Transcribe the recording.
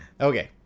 okay